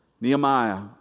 Nehemiah